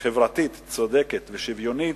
חברתית צודקת ושוויונית,